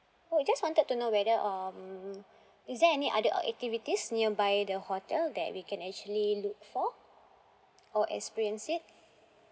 oh I just wanted to know whether um is there any other uh activities nearby the hotel that we can actually look for or experience it